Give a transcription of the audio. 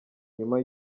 nyuma